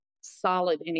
solid